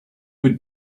would